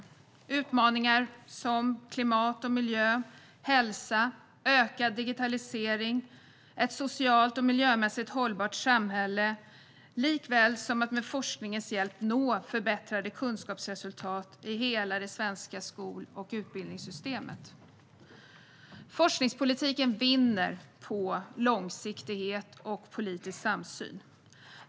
Det handlar om utmaningar som klimat och miljö, hälsa, ökad digitalisering och ett socialt och miljömässigt hållbart samhälle, samt att med forskningens hjälp nå förbättrade kunskapsresultat i hela det svenska skol och utbildningssystemet. Forskningspolitiken vinner på långsiktighet och politisk samsyn.